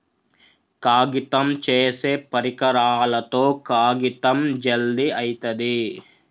కాగితం చేసే పరికరాలతో కాగితం జల్ది అయితది